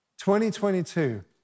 2022